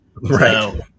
Right